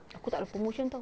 aku tak ada promotion tahu